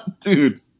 dude